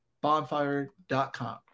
bonfire.com